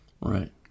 Right